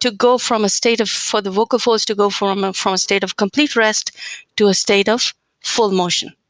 to go from a state of for the vocal folds to go um um from a state of complete rest to a state of full motion,